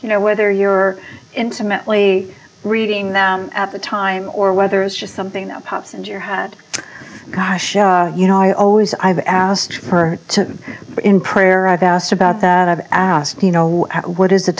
you know whether you're intimately reading that at the time or whether it's just something that pops into your head gosh you know i always i've asked her to in prayer i've asked about that i've asked you know what is the